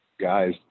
guys